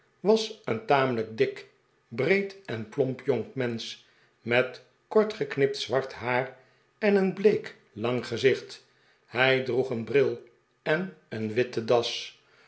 was een tamelijk dik breed en plomp jongmensch met kort geknipt zwart haar en een bleek lang gezicht hij droeg een bril en een witte das